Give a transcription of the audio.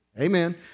Amen